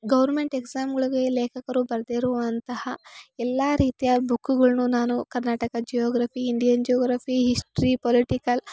government ಎಕ್ಸಾಮ್ಗಳ್ಗೆ ಲೇಖಕರು ಬರೆದಿರುವಂತಹ ಎಲ್ಲ ರೀತಿಯ ಬುಕ್ಗಳ್ನು ನಾನು Karnataka geography Indian geography history political